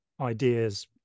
ideas